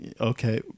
Okay